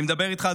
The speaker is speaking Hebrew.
אני מדבר איתך,